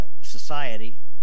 society